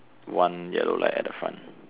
one yellow light at the front